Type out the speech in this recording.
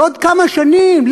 בעוד כמה שנים,